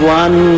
one